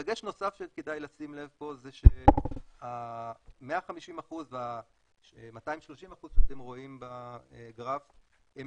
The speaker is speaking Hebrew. דגש נוסף שכדאי לשים לב פה זה שה-150% וה-230% שאתם רואים בגרף הם